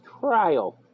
trial